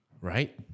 Right